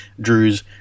Drew's